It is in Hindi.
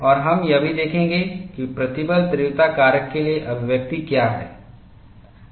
और हम यह भी देखेंगे कि प्रतिबल तीव्रता कारक के लिए अभिव्यक्ति क्या है